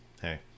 hey